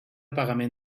pagament